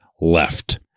left